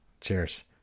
Cheers